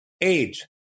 age